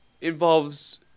involves